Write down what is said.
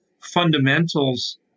fundamentals